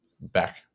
back